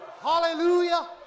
hallelujah